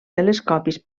telescopis